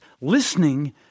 listening